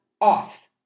off